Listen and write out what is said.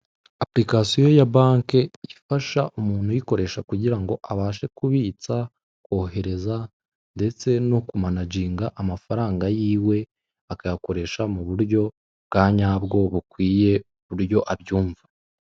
Apulikasiyo ya banke ifasha umuntu uyikoresha kugira ngo abashe kubitsa, kohereza, ndetse no kumanajinga amafaranga yiwe akayakoresha muburyo bwanyabwo, bukwiye uburyo abyumva.